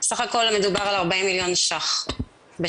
סה"כ מדובר על 40 מיליון ₪ בשנה